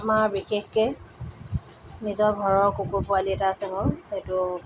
আমাৰ বিশেষকৈ নিজৰ ঘৰৰ কুকুৰ পোৱালী এটা আছে সেইটো